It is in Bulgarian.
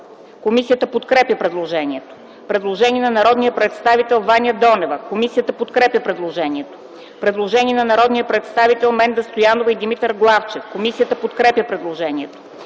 Комисията подкрепя предложението. Предложение на народния представител Ваня Донева. Комисията подкрепя предложението. Предложение на народните представители Менда Стоянова и Димитър Главчев. Комисията подкрепя предложението.